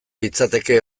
litzateke